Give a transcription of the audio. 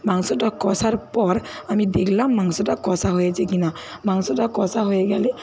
মাংসটা কষার পর আমি দেখলাম মাংসটা কষা হয়েছে কিনা মাংসটা কষা হয়ে গেলে